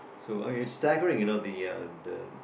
so you know it's staggering you know the uh